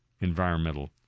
environmental